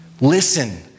Listen